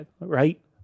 right